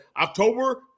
October